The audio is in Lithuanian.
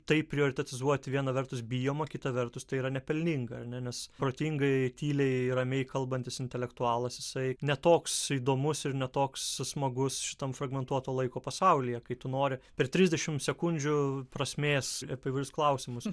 tai prioritetizuoti viena vertus bijoma kita vertus tai yra nepelninga ar ne nes protingai tyliai ramiai kalbantis intelektualas jisai ne toks įdomus ir ne toks smagus šitam fragmentuoto laiko pasaulyje kai tu nori per trisdešimt sekundžių prasmės apie įvairius klausimus